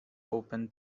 open